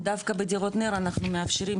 דווקא בדירות נ"ר אנחנו מאפשרים,